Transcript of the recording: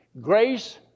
Grace